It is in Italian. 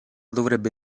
dovrebbe